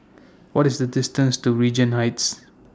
What IS The distance to Regent Heights